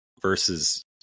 versus